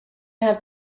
have